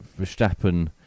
Verstappen